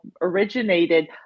originated